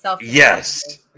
yes